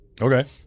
Okay